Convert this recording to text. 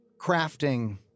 crafting